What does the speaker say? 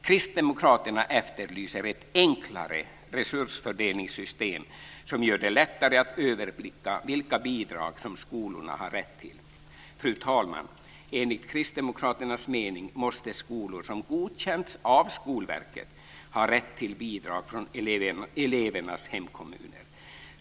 Kristdemokraterna efterlyser ett enklare resursfördelningssystem som gör det lättare att överblicka vilka bidrag som skolorna har rätt till. Fru talman! Enligt kristdemokraternas mening måste skolor som godkänts av Skolverket ha rätt till bidrag från elevernas hemkommuner.